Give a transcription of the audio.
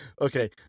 okay